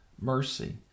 mercy